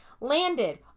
landed